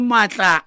Mata